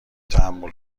تحمل